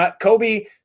Kobe